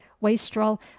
wastrel